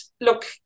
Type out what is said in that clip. look